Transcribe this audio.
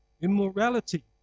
immorality